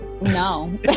no